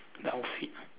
the outfit